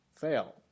fail